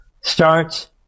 starts